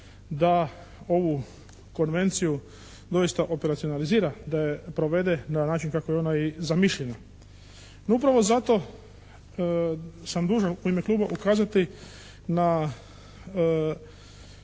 da ovu konvenciju doista operacionalizira, da je provede na način kako je ona i zamišljena. No, upravo zato sam dužan u ime kluba ukazati na